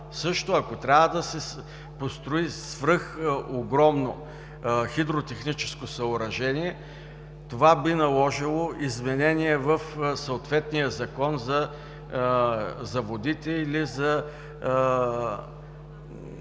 дебат. Ако трябва да се построи свръхогромно хидротехническо съоръжение, това би наложило изменение в Закона за водите или за